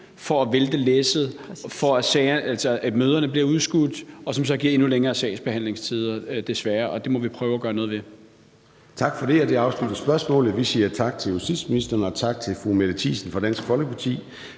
for at vælte læsset, så møderne bliver udskudt, hvilket så desværre giver endnu længere sagsbehandlingstider. Det må vi prøve at gøre noget ved. Kl. 13:21 Formanden (Søren Gade): Tak for det, og det afslutter spørgsmålet. Vi siger tak til justitsministeren og tak til fru Mette Thiesen fra Dansk Folkeparti.